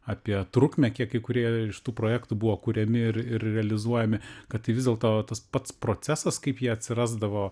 apie trukmę kiek kai kurie iš tų projektų buvo kuriami ir ir realizuojami kad tai vis dėlto tas pats procesas kaip jie atsirasdavo